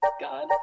God